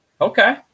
Okay